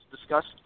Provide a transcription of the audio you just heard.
discussed